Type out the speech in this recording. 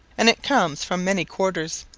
and it comes from many quarters.